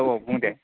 औ औ बुं दे